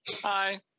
Hi